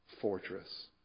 fortress